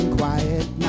quiet